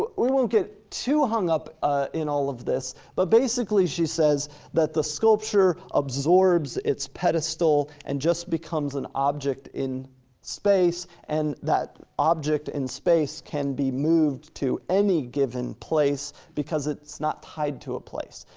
but we won't get too hung up ah in all of this, but basically, she says that the sculpture absorbs its pedestal and just becomes an object in space, and that object in space can be moved to any given place because it's not tied to a place.